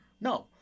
No